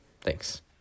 thanks